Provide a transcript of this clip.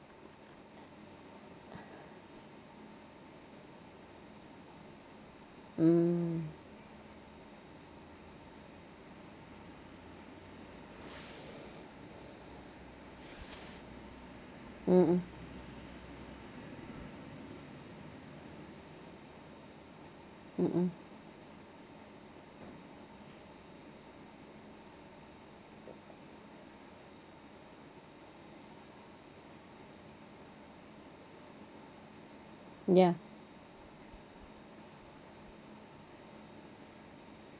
mm mmhmm mmhmm